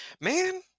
man